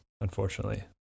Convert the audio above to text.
unfortunately